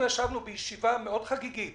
ישבנו בישיבה חגיגית מאוד